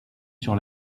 sur